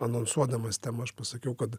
anonsuodamas temą aš pasakiau kad